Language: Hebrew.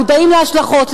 מודעים להשלכות.